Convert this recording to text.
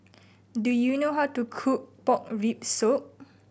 do you know how to cook pork rib soup